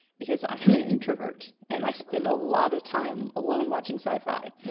because i am an introvert. and i spend a lot of time alone watching sci-fi.